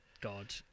God